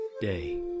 day